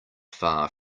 far